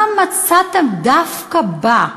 מה מצאתם דווקא בה,